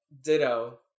Ditto